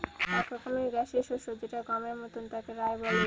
এক রকমের গ্যাসীয় শস্য যেটা গমের মতন তাকে রায় বলে